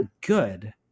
good